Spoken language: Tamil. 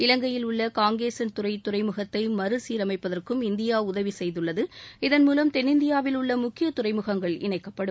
இலங்கையில் உள்ள காங்கேசன்துறை துறைமுகத்தை மறுசீரமைப்பதற்கும் இந்தியா செய்துள்ளதாகவும் இதன்மூலம் தென்னிந்தியாவில் உள்ள முக்கிய துறைமுகங்கள் இணைக்கப்படும்